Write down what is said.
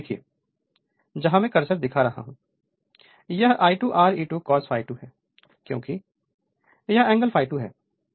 इस भाग को देखिए जहां मैं करसर दिखा रहा हूं यह I2 Re2 cos ∅2 है क्योंकि यह एंगल ∅2 है